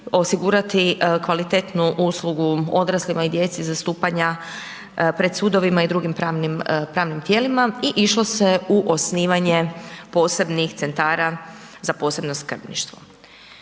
osigurati kvalitetnu uslugu odraslima i djeci zastupanja pred sudovima i drugim pravnim tijelima i išlo se u osnivanje posebnih centara za posebno skrbništvo.